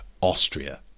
Austria